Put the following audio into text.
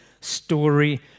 story